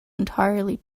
entirely